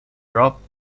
dropped